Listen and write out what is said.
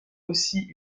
aussi